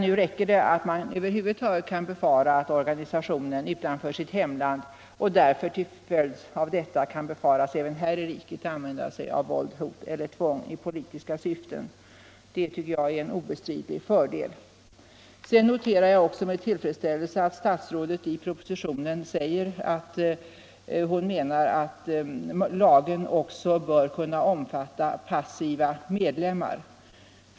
Nu räcker det att organisationen kan befaras utanför sitt hemland använda våld, hot eller tvång för politiska syften och därvid begå sådan gärning även här i riket. Det tycker jag är en obestridlig fördel. Jag noterar också med tillfredsställelse att statsrådet i propositionen menar att lagen även bör kunna omfatta passiva medlemmar.